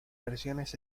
versiones